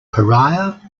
pariah